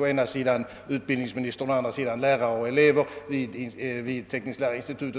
å ena sidan utbildningsministern och å andra sidan lärare och elever vid institutet.